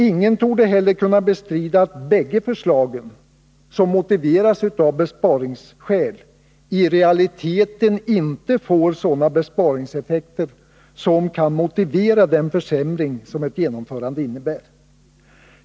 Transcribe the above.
Ingen torde heller kunna bestrida att bägge förslagen, som motiverats med påståenden om besparingar i realiteten inte får sådana besparingseffekter som kan motivera den försämring som ett genomförande innebär.